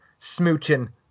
smooching